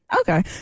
Okay